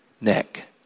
neck